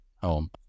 home